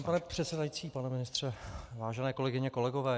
Dobrý den, pane předsedající, pane ministře, vážené kolegyně, kolegové.